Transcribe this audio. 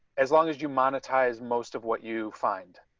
as long as you monetize most of what you find.